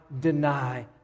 deny